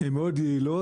הן מאוד יעילות.